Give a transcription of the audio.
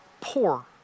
poor